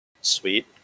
Sweet